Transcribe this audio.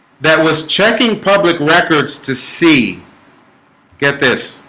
that was checking public records to see get this